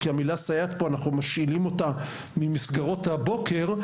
כי בעצם אנחנו משאילים את המילה ׳סייעות׳ ממסגרות הבוקר,